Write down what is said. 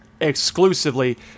Exclusively